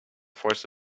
force